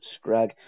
Scrag